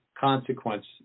consequence